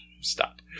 Stop